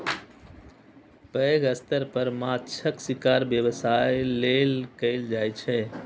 पैघ स्तर पर माछक शिकार व्यवसाय लेल कैल जाइ छै